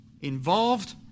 involved